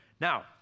Now